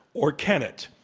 or can it?